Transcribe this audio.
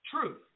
Truth